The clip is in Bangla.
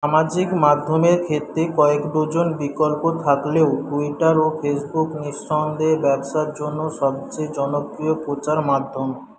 সামাজিক মাধ্যমের ক্ষেত্রে কয়েক ডজন বিকল্প থাকলেও টুইটার ও ফেসবুক নিঃসন্দেহে ব্যবসার জন্য সবচেয়ে জনপ্রিয় প্রচার মাধ্যম